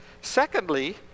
Secondly